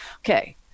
okay